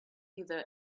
either